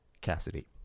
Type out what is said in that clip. cassidy